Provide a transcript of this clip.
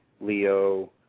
Leo